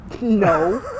No